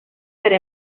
per